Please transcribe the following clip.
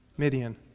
Midian